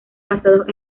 basados